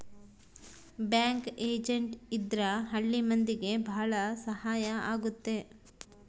bank agent ಇದ್ರ ಹಳ್ಳಿ ಮಂದಿಗೆ ಭಾಳ ಸಹಾಯ ಆಗುತ್ತೆ